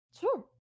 Sure